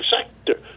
sector